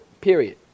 period